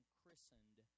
christened